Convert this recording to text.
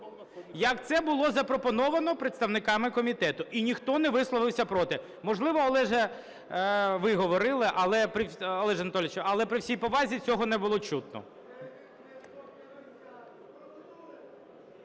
як це було запропоновано представниками комітету, і ніхто не висловився проти. Можливо, Олеже, ви говорили, Олеже Анатолійовичу, але, при всій повазі, цього не було чутно.